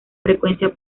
frecuencia